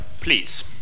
please